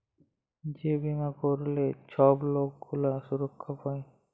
যে বীমা ক্যইরলে ছব লক গুলা সুরক্ষা পায়